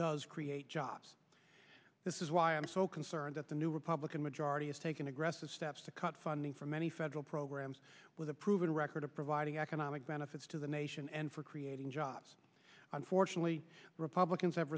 does create jobs this is why i'm so concerned that the new republican majority has taken aggressive steps to cut funding for many federal programs with a proven record of providing economic benefits to the nation and for creating jobs unfortunately republicans have